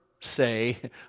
Say